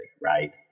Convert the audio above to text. right